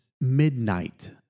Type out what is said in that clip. midnight